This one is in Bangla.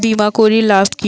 বিমা করির লাভ কি?